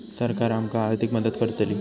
सरकार आमका आर्थिक मदत करतली?